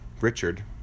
richard